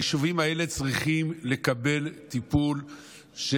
היישובים האלה צריכים לקבל טיפול של